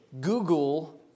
Google